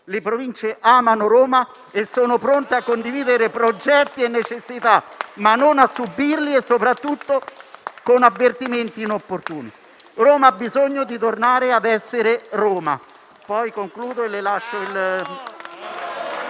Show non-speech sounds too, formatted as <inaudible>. Le province amano Roma e sono pronte a condividere progetti e necessità, ma non a subirli, soprattutto con avvertimenti inopportuni. <applause> Roma ha bisogno di tornare ad essere Roma